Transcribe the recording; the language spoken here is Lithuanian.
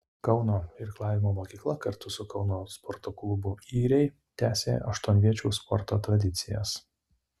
kauno irklavimo mokykla kartu su kauno sporto klubu yriai tęsė aštuonviečių sporto tradicijas